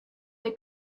the